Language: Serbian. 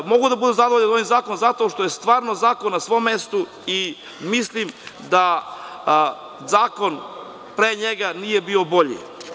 Mogu da budem zadovoljan ovim zakonom jer je zakon stvarno na svom mestu i mislim da zakon pre njega nije bio bolji.